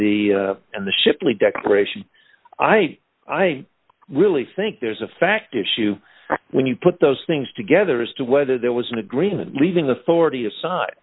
the and the shipley declaration i i really think there's a fact issue when you put those things together as to whether there was an agreement leaving authority aside